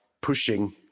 pushing